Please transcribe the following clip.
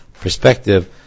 perspective